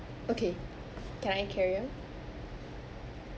okay can I carry on